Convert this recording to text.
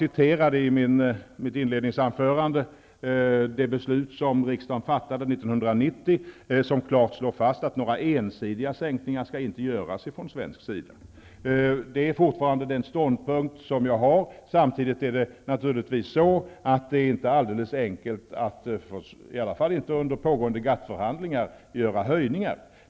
I mitt inledningsanförande citerade jag det beslut som riksdagen fattade 1990, som klart slår fast att man från svensk sida inte skall göra några ensidiga sänkningar. Det är fortfarande den ståndpunkt jag har. Samtidigt är det naturligtvis inte helt enkelt -- åtminstone inte under pågående GATT-förhandlingar -- att genomföra höjningar.